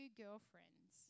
girlfriends